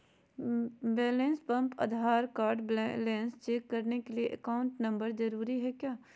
Balance pump Aadhaar card balance check करने के लिए अकाउंट नंबर जरूरी है क्या?